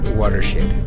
watershed